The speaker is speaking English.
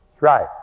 right